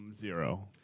zero